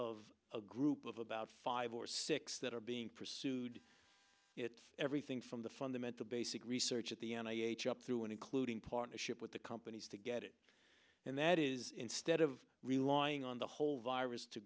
of a group of about five or six that are being pursued it's everything from the fundamental basic research at the end i each up through and including partnership with the companies to get it and that is instead of relying on the whole virus to